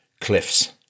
cliffs